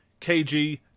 kg